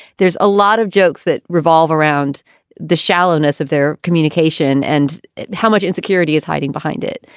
there's a lot of jokes that revolve around the shallowness of their communication and how much insecurity is hiding behind it.